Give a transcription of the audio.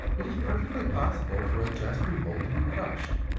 it is perfectly possible for a just revolt to be crushed,